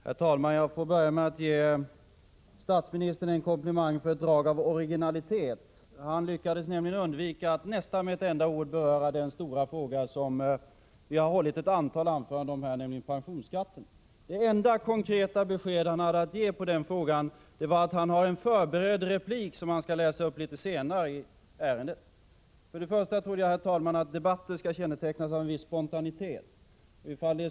Herr talman! Låt mig börja med att ge statsministern en komplimang för ett drag av originalitet. Han lyckades nämligen nästan undvika att med ett enda ord beröra den stora fråga som det har hållits ett antal anföranden om här, dvs. pensionsskatten. Det enda konkreta besked han hade att ge i den frågan var att han hade en förberedd replik som han skulle läsa upp litet senare. För det första trodde jag, herr talman, att debatten här skall kännetecknas av en viss spontanitet.